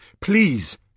please